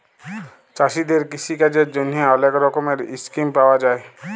চাষীদের কিষিকাজের জ্যনহে অলেক রকমের ইসকিম পাউয়া যায়